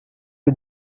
you